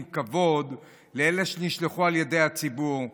הכבוד לאלה שנשלחו על ידי הציבור.